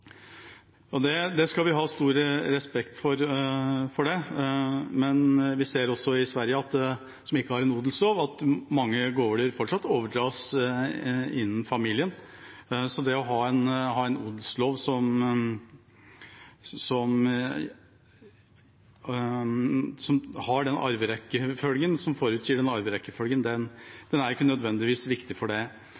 Det skal vi ha stor respekt for. Men i Sverige, som ikke har en odelslov, ser vi at mange gårder fortsatt overdras innen familien, så det å ha en odelslov som forutsier arverekkefølgen, er ikke nødvendigvis viktig. Men den store utfordringen her er at den